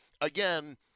again